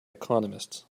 economists